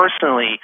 personally